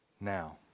now